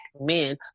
men